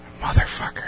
Motherfucker